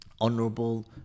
honorable